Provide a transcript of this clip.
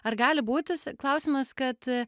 ar gali būti klausimas kad